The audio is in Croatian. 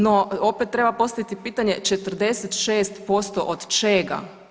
No opet treba postaviti pitanje 46% od čega?